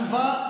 רמסתם אותנו,